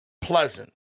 pleasant